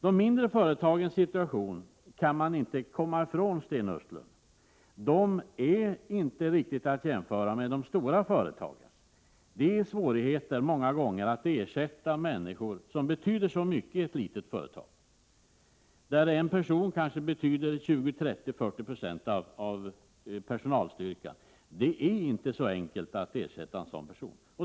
De mindre företagens situation kan man inte komma ifrån, Sten Östlund. Den är inte riktigt jämförbar med de stora företagens situation. Det är många gånger svårt att ersätta människor med en nyckelfunktion på ett litet företag, där en person kanske betyder 20-40 96 av personalstyrkan. Det är inte så enkelt att ersätta en sådan person.